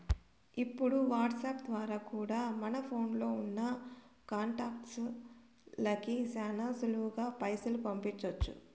ఇప్పుడు వాట్సాప్ ద్వారా కూడా మన ఫోన్లో ఉన్నా కాంటాక్ట్స్ లకి శానా సులువుగా పైసలు పంపించొచ్చు